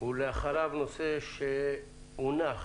לאחריו, נושא שהונח